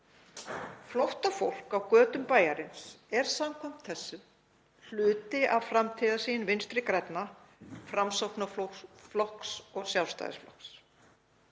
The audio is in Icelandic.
Flóttafólk á götum bæjarins er samkvæmt þessu hluti af framtíðarsýn Vinstri grænna, Framsóknarflokks og Sjálfstæðisflokks,